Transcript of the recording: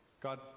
God